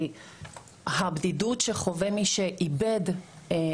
כי הבדידות שחווה מי שאיבד מישהו